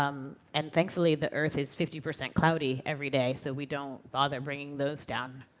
um and thankfully the earth is fifty percent cloudy every day, so we don't bother bringing those down,